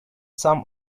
some